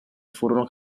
furono